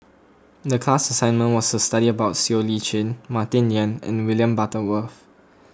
the class assignment was to study about Siow Lee Chin Martin Yan and William Butterworth